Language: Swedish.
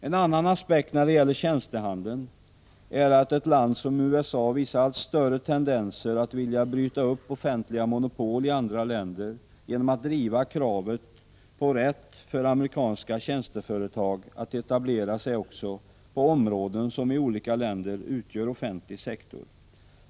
En annan aspekt när det gäller tjänstehandeln är att ett land som USA visar allt större tendenser att vilja bryta offentliga monopol i andra länder genom att driva kravet på rätt för amerikanska tjänsteföretag att etablera sig också på områden som i olika länder utgör offentlig sektor.